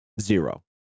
Zero